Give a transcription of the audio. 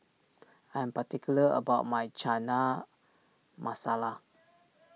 I am particular about my Chana Masala